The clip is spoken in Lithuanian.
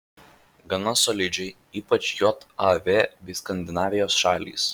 gana solidžiai ypač jav bei skandinavijos šalys